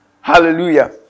Hallelujah